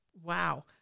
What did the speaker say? Wow